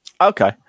Okay